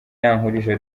yankurije